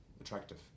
attractive